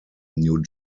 new